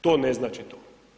To ne znači to.